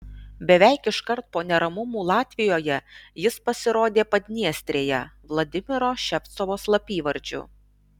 beveik iškart po neramumų latvijoje jis pasirodė padniestrėje vladimiro ševcovo slapyvardžiu